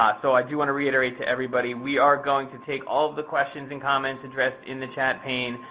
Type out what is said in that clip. um so i do want to reiterate to everybody, we are going to take all of the questions and comments interest in the chat pane,